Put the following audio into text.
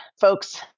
folks